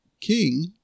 king